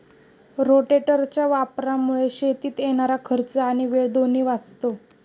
रोटेटरच्या वापरामुळे शेतीत येणारा खर्च आणि वेळ दोन्ही वाचतो